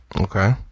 Okay